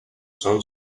son